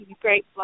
great